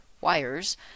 wires